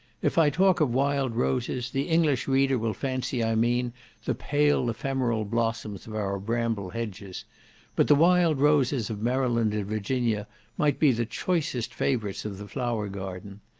if i talk of wild roses, the english reader will fancy i mean the pale ephemeral blossoms of our bramble hedges but the wild roses of maryland and virginia might be the choicest favourites of the flower garden.